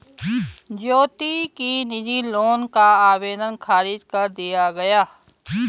ज्योति के निजी लोन का आवेदन ख़ारिज कर दिया गया